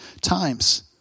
times